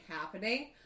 happening